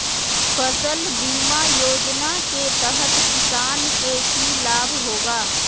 फसल बीमा योजना के तहत किसान के की लाभ होगा?